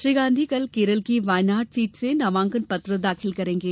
श्री गांधी कल केरल की वायनाड सीट से नामांकन पत्र दाखिल करेंगे